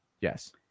Yes